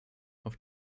auf